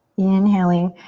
inhaling,